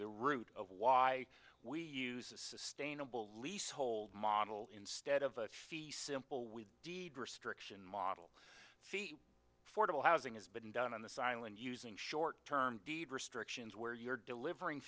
the root of why we use a sustainable leasehold model instead of a fee simple with deed restriction model fee fordable housing has been done on this island using short term deed restrictions where you're delivering